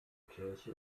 kirche